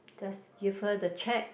just give her the cheque